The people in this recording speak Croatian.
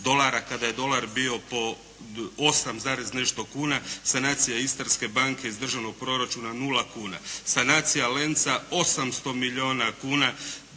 kada je dolar bio po 8 zarez nešto kuna, sanacija Istarske banke iz državnog proračuna 0 kuna. Sanacija "Lenca" 800 milijuna kuna,